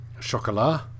chocolat